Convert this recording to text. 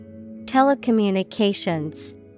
Telecommunications